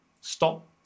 stop